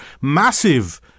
massive